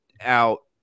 out